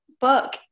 book